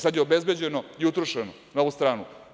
Sada je obezbeđeno i utrošeno na ovu stranu.